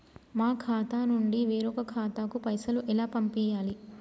మా ఖాతా నుండి వేరొక ఖాతాకు పైసలు ఎలా పంపియ్యాలి?